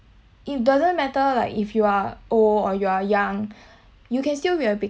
it doesn't matter like if you are old or you are young you can still read a